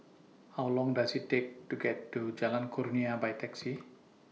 How Long Does IT Take to get to Jalan Kurnia By Taxi